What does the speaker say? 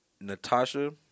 Natasha